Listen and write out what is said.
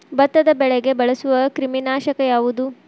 ಭತ್ತದ ಬೆಳೆಗೆ ಬಳಸುವ ಕ್ರಿಮಿ ನಾಶಕ ಯಾವುದು?